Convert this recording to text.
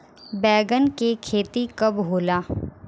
बैंगन के खेती कब होला?